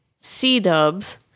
C-dubs